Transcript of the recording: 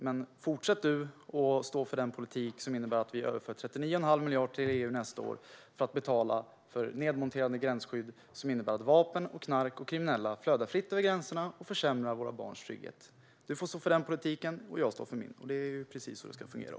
Men fortsätt du, Pernilla Stålhammar, att stå för den politik som innebär att vi överför 39 1⁄2 miljard till EU nästa år för att betala för ett nedmonterat gränsskydd, vilket innebär att vapen, knark och kriminella flödar fritt över gränserna och försämrar våra barns trygghet. Du får stå för den politiken, och jag står för min; det är precis så det ska fungera.